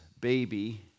baby